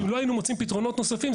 אם לא היינו מוצאים פתרונות נוספים,